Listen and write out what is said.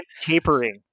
tapering